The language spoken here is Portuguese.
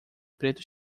preto